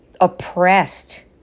oppressed